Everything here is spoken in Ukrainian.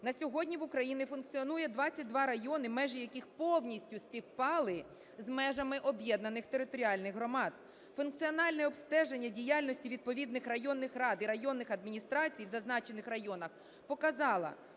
На сьогодні в Україні функціонує 22 райони, межі яких повністю співпали з межами об'єднаних територіальних громад. Функціональне обстеження діяльності відповідних районних рад і районних адміністрацій у зазначених районах показала,